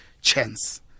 chance